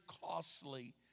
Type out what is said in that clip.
costly